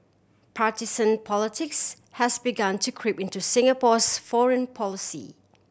partisan politics has begun to creep into Singapore's foreign policy